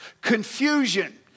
Confusion